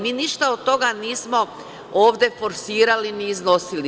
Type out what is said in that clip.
Mi ništa od toga nismo ovde forsirali i iznosili.